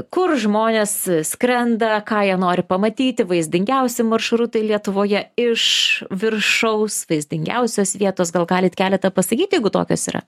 kur žmonės skrenda ką jie nori pamatyti vaizdingiausi maršrutai lietuvoje iš viršaus vaizdingiausios vietos gal galit keletą pasakyti jeigu tokios yra